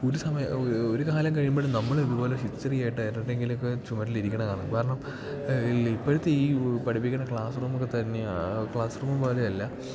ഒരു സമയ ഒരു കാലം കഴിയുമ്പഴും നമ്മളിതുപോലെ ഹിസ്റ്ററിയായിട്ട് ആരുടെയെങ്കിലും ഒക്കെ ചുമരിലിരിക്കണ കാണാം കാരണം ഇപ്പോഴത്തെ ഈ പഠിപ്പിക്കണ ക്ലാസ് റൂമൊക്കെ തന്നെയാ ക്ലാസ് റൂം പോലെയല്ല